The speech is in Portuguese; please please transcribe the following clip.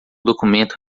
documento